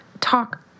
talk